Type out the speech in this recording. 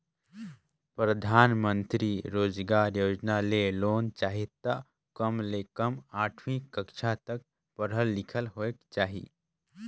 परधानमंतरी रोजगार योजना ले लोन चाही त कम ले कम आठवीं कक्छा तक पढ़ल लिखल होएक चाही